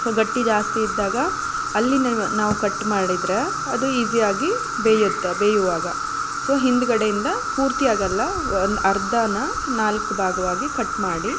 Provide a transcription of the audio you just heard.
so ಗಟ್ಟಿ ಜಾಸ್ತಿ ಇದ್ದಾಗ ಅಲ್ಲಿ ನೆವ್ ನಾವು ಕಟ್ ಮಾಡಿದ್ರೆ ಅದು ಈಸಿ ಆಗಿ ಬೇಯುತ್ತೆ ಬೇಯುವಾಗ ಸೊ ಹಿಂದುಗಡೆಯಿಂದ ಪೂರ್ತಿಯಾಗೋಲ್ಲ ಒಂದು ಅರ್ಧನ ನಾಲ್ಕು ಭಾಗವಾಗಿ ಕಟ್ ಮಾಡಿ